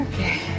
Okay